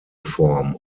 form